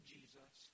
Jesus